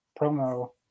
promo